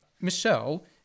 Michelle